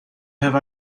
have